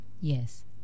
Yes